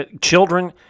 Children